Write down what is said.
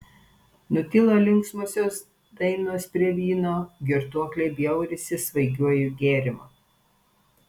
nutilo linksmosios dainos prie vyno girtuokliai bjaurisi svaigiuoju gėrimu